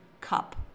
cup